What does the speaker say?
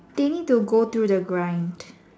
they need to go through the grind